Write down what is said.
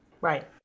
Right